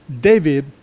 David